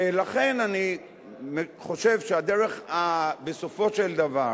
ולכן אני חושב שהדרך, בסופו של דבר,